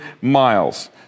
miles